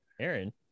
Aaron